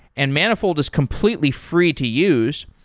and manifold is completely free to use.